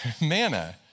Manna